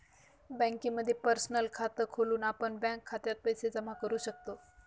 बँकेमध्ये पर्सनल खात खोलून आपण बँक खात्यात पैसे जमा करू शकतो